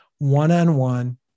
one-on-one